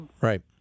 right